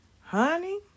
honey